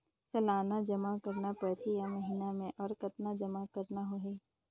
सालाना जमा करना परही या महीना मे और कतना जमा करना होहि?